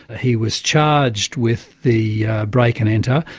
ah he was charged with the break-and-enter,